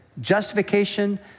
justification